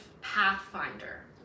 pathfinder